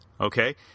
okay